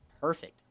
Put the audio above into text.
Perfect